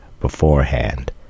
beforehand